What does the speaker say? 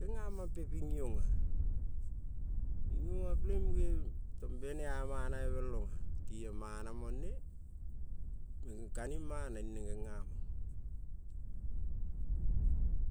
Genga mampe ping iong-a iung, oma peleng-ing muge tong benea manave bel-ang-a tiong mana mone ning ka-ning mana ni-neng genga mong,